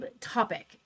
topic